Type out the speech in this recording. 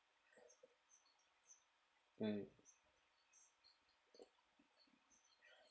mm